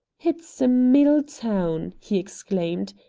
it's a mill town! he exclaimed.